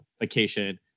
vacation